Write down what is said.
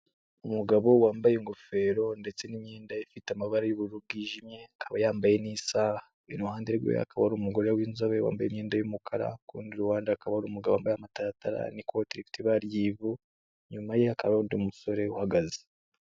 Umugabo wambaye ingofero ndetse n'imyenda ifite amabara y'ubururu bwijimye, akaba yambaye n'isaha. Iruhande rwe hakaba hari umugore w'inzobe wambaye imyenda y'umukara, ku rundi ruhande hakaba hari umugabo wambaye amataratara n'ikoti rifite ibara ry'ivu, inyuma ye hakaba hari undi musore uhagaze.